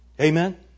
Amen